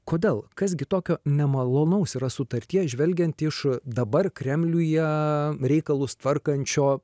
kodėl kas gi tokio nemalonaus yra sutartyje žvelgiant iš dabar kremliuje reikalus tvarkančio